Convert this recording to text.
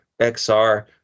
XR